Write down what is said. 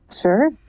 Sure